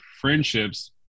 friendships